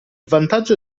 vantaggio